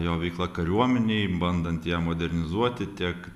jo veikla kariuomenėj bandant ją modernizuoti tiek